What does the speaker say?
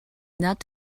not